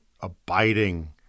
abiding